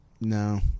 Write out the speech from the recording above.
No